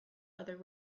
other